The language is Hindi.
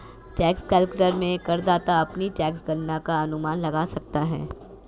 टैक्स कैलकुलेटर में करदाता अपनी टैक्स गणना का अनुमान लगा सकता है